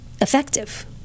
effective